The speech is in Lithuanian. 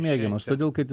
mėgiamas todėl kad